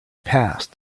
past